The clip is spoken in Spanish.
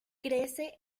crece